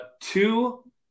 two